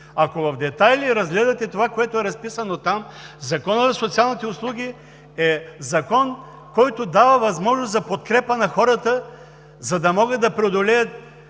Ако в детайли разгледате това, което е разписано там, Законът за социалните услуги е Закон, който дава възможност за подкрепа на хората, за да могат да преодолеят